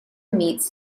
meets